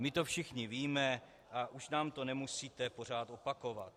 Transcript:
My to všichni víme a už nám to nemusíte pořád opakovat.